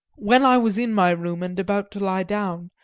when i was in my room and about to lie down,